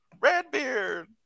Redbeard